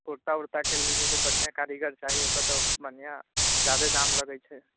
कुर्ता वर्ताके लेल जइसे बढ़िआँ कारीगर चाही ओकर तऽ बढ़िआँ ज्यादे दाम लगै छै